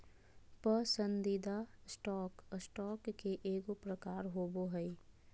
पसंदीदा stock, stock के एगो प्रकार होबो हइ